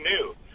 new